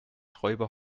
räuber